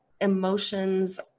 emotions